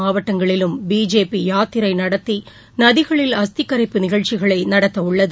மாவட்டங்களிலும் பிஜேபி யாத்திரை நடத்தி நதிகளில் அஸ்தி கரைப்பு நிகழ்ச்சிகளை நடத்த உள்ளது